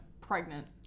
pregnant